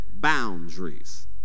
boundaries